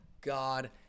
god